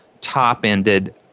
top-ended